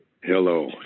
Hello